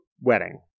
wedding